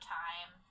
time